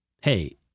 Hey